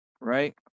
right